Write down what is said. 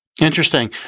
Interesting